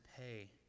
pay